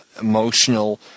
emotional